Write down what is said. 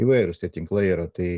įvairūs tie tinklai yra tai